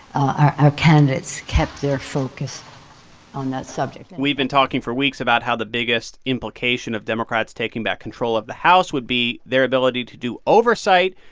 our candidates kept their focus on that subject we've been talking for weeks about how the biggest implication of democrats taking back control of the house would be their ability to do oversight.